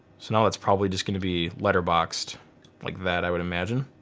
so now that's probably just gonna be letter boxed like that i would imagine.